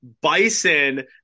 Bison